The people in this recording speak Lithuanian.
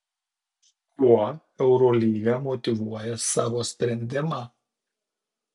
kuo eurolyga motyvuoja savo sprendimą